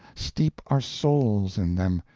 steep our souls in them,